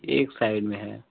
एक साइड में है